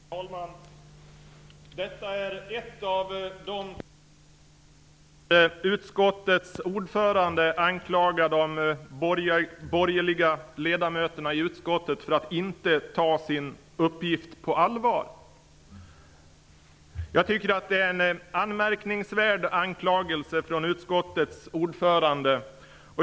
Herr talman! Detta är ett av de två ärenden där utskottets ordförande anklagar de borgerliga ledamöterna i utskottet för att inte ta sin uppgift på allvar. Jag tycker att det är en anmärkningsvärd anklagelse från utskottets ordförande.